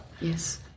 Yes